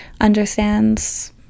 understands